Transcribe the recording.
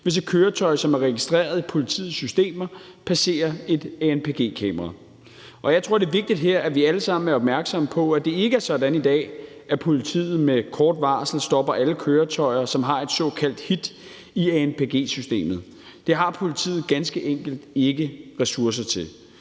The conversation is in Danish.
hvis et køretøj, som er registreret i politiets systemer, passerer et anpg-kamera. Jeg tror, det er vigtigt her, at vi alle sammen er opmærksomme på, at det ikke er sådan i dag, at politiet med kort varsel stopper alle køretøjer, som har et såkaldt hit i anpg-systemet. Det har politiet ganske enkelt ikke ressourcer til.